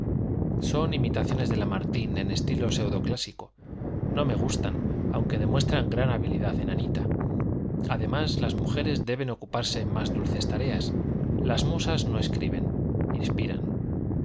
son imitaciones de lamartine en estilo pseudoclásico no me gustan aunque demuestran gran habilidad en anita además las mujeres deben ocuparse en más dulces tareas las musas no escriben inspiran